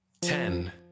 ten